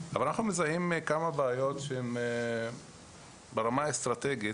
אבל אנחנו מזהים כמה בעיות שהם ברמה האסטרטגית,